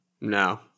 No